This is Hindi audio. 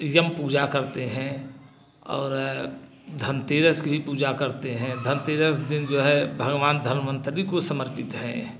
यम पूजा करते हैं और धनतेरस की भी पूजा करते हैं धनतेरस दिन जो है भगवान धनमंत्री को समर्पित है